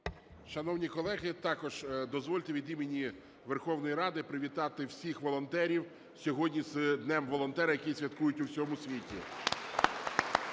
Шановні колеги! Також дозвольте від імені Верховної Ради привітати всіх волонтерів сьогодні з Днем волонтера, який святкують в усьому світі.